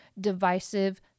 divisive